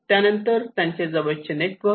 त्यानंतर त्यांचे जवळचे नेटवर्क